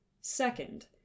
Second